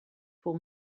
pour